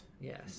Yes